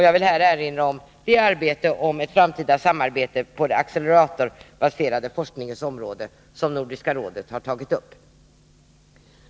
Jag vill här erinra om det arbete med ett framtida samarbete på den acceleratorbaserade forskningens område som Nordiska rådet har tagit upp.